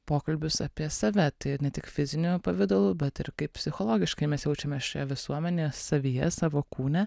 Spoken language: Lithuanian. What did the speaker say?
pokalbius apie save tai ne tik fiziniu pavidalu bet ir kaip psichologiškai mes jaučiame šią visuomenę savyje savo kūne